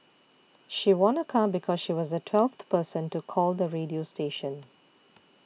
she won a car because she was the twelfth person to call the radio station